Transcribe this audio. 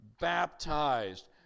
baptized